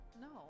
No